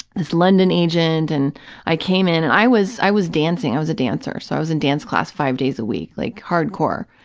this london agent, and i came in and i was, i was dancing. i was a dancer, so i was in dance class five days a week, like hard-core,